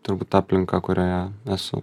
turbūt ta aplinka kurioje esu